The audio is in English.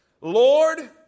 Lord